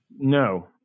no